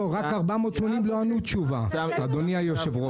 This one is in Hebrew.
לא, רק קו 480, לא ענו תשובה אדוני היו"ר.